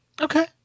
okay